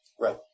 Right